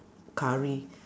curry